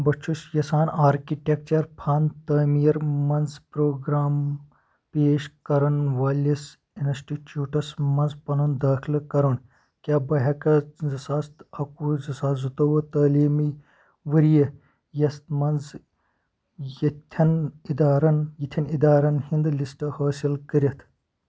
بہٕ چھُس یژھان آرکِٹیکچر فن تعمیٖر مَنٛز پروگرام پیش کرن وٲلِس انسٹِچوٗٹس مَنٛز پنُن دٲخلہٕ کرُن، کیاہ بہٕ ہیٚکا زٕ ساس اَکوُہ زٕ ساس زٕتوُہ تعلیٖمی ؤرۍ یَس مَنٛز یِتھیٚن یِتھٮ۪ن اِدارن ہُنٛد لسٹ حٲصِل کٔرِتھ؟